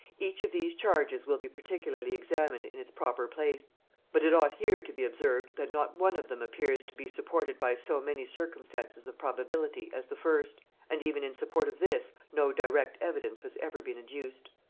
each of these charges will be particularly examined in its proper place but it ought here to be observed, that not one of them appears to be supported by so many circumstances of probability as the first and even in support of this, no direct evidence has ever been adduced.